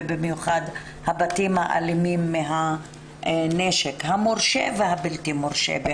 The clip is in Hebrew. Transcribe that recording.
ובמיוחד הבתים האלימים מהנשק המורשה והבלתי-מורשה.